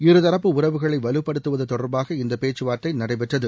இருதரப்பு உறவுகளை வலுப்படுத்துவது தொடர்பாக இந்த பேச்சுவார்த்தை நடைபெற்றது